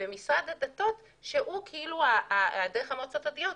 ומשרד הדתות שהוא אמור להפעיל דרך המועצות הדתיות.